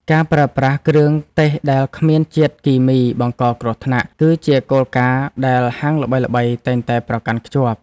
ការប្រើប្រាស់គ្រឿងទេសដែលគ្មានជាតិគីមីបង្កគ្រោះថ្នាក់ គឺជាគោលការណ៍ដែលហាងល្បីៗតែងតែប្រកាន់ខ្ជាប់។